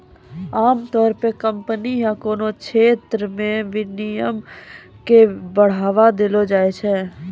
आमतौर पे कम्पनी या कोनो क्षेत्र मे विनियमन के बढ़ावा देलो जाय छै